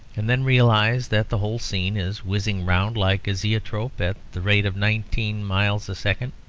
and then realize that the whole scene is whizzing round like a zoetrope at the rate of nineteen miles a second?